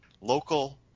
Local